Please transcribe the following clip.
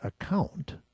account